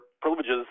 privileges